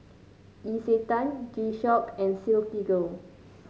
Isetan G Shock and Silkygirl